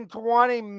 twenty